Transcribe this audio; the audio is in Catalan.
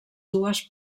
dues